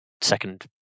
second